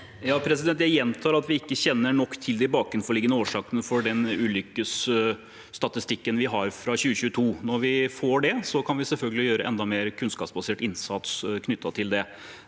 Jeg gjentar at vi ikke kjenner nok til de bakenforliggende årsakene for ulykkesstatistikken vi har fra 2022. Når vi gjør det, kan vi selvfølgelig gjøre enda mer kunnskapsbasert innsats knyttet til det.